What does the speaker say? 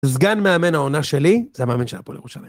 סגן מאמן העונה שלי, זה המאמן של הפועל...